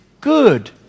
good